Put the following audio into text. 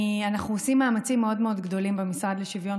אנחנו עושים מאמצים מאוד מאוד גדולים במשרד לשוויון